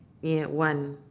yeah one